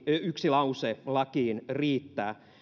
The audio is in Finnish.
yksi lause lakiin riittää